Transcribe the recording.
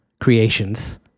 creations